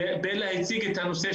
בלה הציגה את הנושא,